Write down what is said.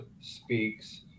speaks